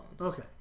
Okay